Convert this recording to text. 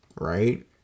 right